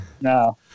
No